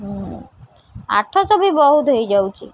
ହୁଁ ଆଠଶହ ବି ବହୁତ ହେଇଯାଉଛି